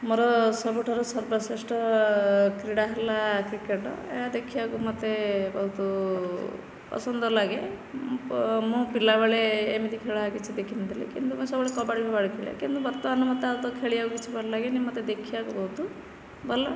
ମୋର ସବୁଠାରୁ ସର୍ବଶ୍ରେଷ୍ଠ କ୍ରୀଡ଼ା ହେଲା କ୍ରିକେଟ ଏହା ଦେଖିବାକୁ ମୋତେ ବହୁତ ପସନ୍ଦ ଲାଗେ ମୁଁ ପିଲାବେଳେ ଏମିତି ଖେଳ କିଛି ଦେଖିନଥିଲି କିନ୍ତୁ ମୁଁ ସବୁବେଳେ କବାଡ଼ି ଫବାଡ଼ି ଖେଳେ କିନ୍ତୁ ବର୍ତ୍ତମାନ ତ ମୋତେ ଆଉ କିଛି ଖେଳିବାକୁ ଭଲ ଲାଗେନି ମୋତେ ଦେଖିବାକୁ ବହୁତ ଭଲ